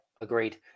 agreed